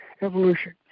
evolution